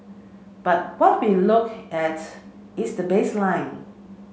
but what we look at is the baseline